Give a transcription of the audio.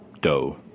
dough